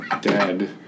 dead